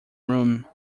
room